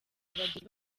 bagenzi